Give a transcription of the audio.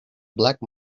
black